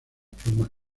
plumas